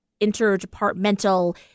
interdepartmental